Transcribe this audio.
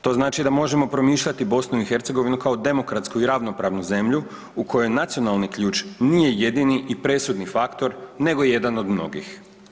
To znači da možemo promišljati BiH kao demokratsku i ravnopravnu zemlju u kojoj nacionalni ključ nije jedini i presudni faktor nego jedan od mnogih.